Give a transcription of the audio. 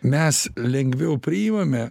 mes lengviau priimame